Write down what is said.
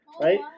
Right